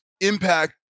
impact